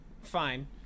Fine